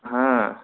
হ্যাঁ